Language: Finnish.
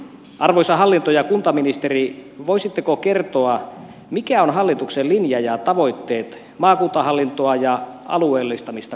arvoisa hallinto ja kuntaministeri voisitteko kertoa mitkä ovat hallituksen linja ja tavoitteet maakuntahallintoa ja alueellistamista kohtaan